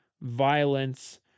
violence